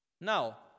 now